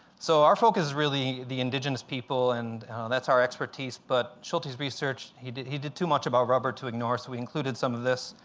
so our focus is really the indigenous people, and that's our expertise. but schultes' research, he did he did too much about rubber to ignore, so we included some of this.